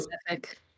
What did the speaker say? specific